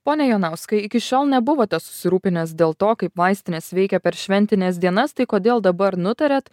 pone jonauskai iki šiol nebuvote susirūpinęs dėl to kaip vaistinės veikia per šventines dienas tai kodėl dabar nutarėt